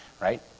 Right